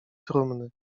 trumny